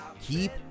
keep